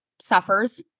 suffers